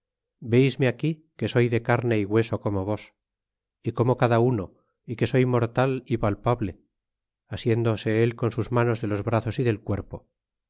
veisme aquí que soy de carne y hueso como vos y como cada uno y que soy mortal y palpable asiéndose el con sus manos de los brazos y del cuerpo